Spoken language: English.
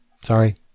Sorry